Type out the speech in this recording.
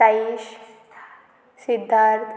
Saish Siddharth